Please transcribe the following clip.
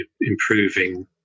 improving